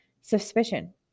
suspicion